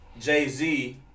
Jay-Z